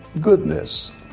goodness